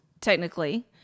technically